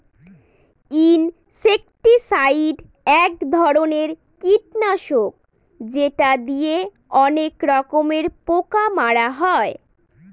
insecticide এক ধরনের কীটনাশক যেটা দিয়ে অনেক রকমের পোকা মারা হয়